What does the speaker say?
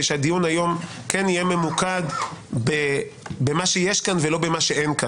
כדי שהדיון היום כן יהיה ממוקד במה שיש כאן ולא במה שאין כאן.